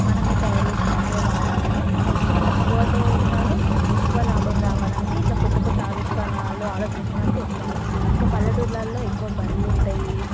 మనమే తయారు చేసి మనమే వాడాలని ఖర్చు తక్కువతో ఉండాలి ఎక్కువ లాభం రావాలంటే ఇట్ల కొత్త కొత్త ఆవిష్కరణలో ఆలోచించి మరి చేస్తారు ఇంకో పల్లెటూర్లలో ఎక్కువ బర్రెలుంటాయి